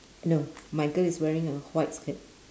no my girl is wearing a white skirt